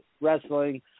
wrestling